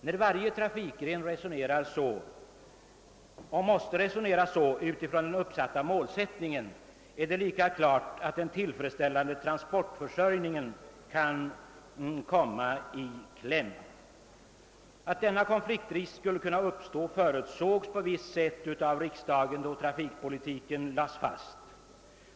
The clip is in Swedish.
När varje trafikgren resonerar så och måste resonera så utifrån den uppsatta målsättningen, är det lika klart att den tillfredsställande transportförsörjningen kan komma i kläm. Att denna konfliktrisk skulle kunna uppstå förutsågs på visst sätt av riksdagen, då trafikpolitiken lades fast.